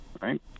right